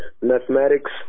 Mathematics